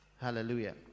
Hallelujah